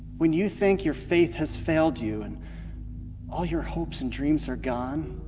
when you think your faith has failed you, and all your hopes and dreams are gone,